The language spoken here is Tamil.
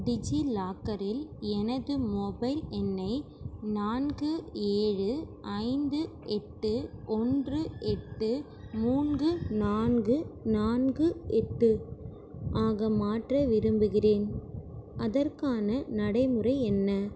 டிஜிலாக்கரில் எனது மொபைல் எண்ணை நான்கு ஏழு ஐந்து எட்டு ஒன்று எட்டு மூன்று நான்கு நான்கு எட்டு ஆக மாற்ற விரும்புகிறேன் அதற்கான நடைமுறை என்ன